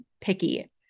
picky